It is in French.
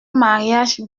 mariage